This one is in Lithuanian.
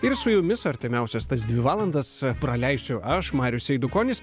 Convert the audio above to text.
ir su jumis artimiausias tas dvi valandas praleisiu aš marius eidukonis